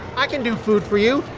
i can do food for you.